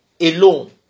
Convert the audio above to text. alone